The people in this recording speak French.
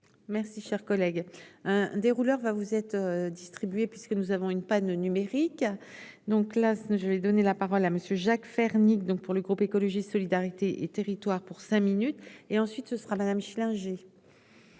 Merci, cher collègue, hein dérouleur va vous êtes distribuée puisque nous avons une panne numérique, donc là je vais donner la parole à monsieur Jacques Fernique, donc pour le groupe écologiste solidarité et territoires pour cinq minutes et ensuite ce sera Madame Schillinger.